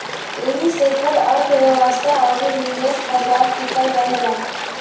एही से कुल अर्थ्व्यवस्था अउरी निवेश बाजार टिकल रहेला